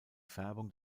färbung